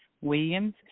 Williams